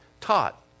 taught